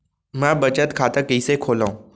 मै बचत खाता कईसे खोलव?